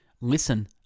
listen